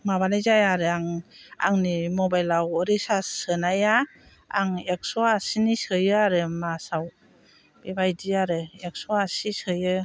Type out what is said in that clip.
माबानाय जाया आरो आं आंनि मबाइलाव रिसार्स सोनाया आं एकस' आसिनि सोयो आरो मासाव बेबायदि आरो एकस' आसि सोयो